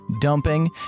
dumping